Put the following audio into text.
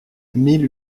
mille